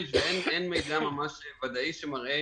אין מידע ודאי שמראה